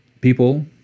People